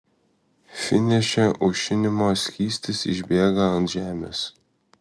finiše aušinimo skystis išbėga ant žemės